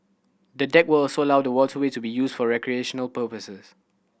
the deck will also allow the waterway to be used for recreational purposes